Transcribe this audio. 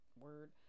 word